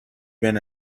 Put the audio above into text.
been